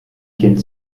kind